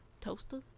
toaster